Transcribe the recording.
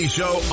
show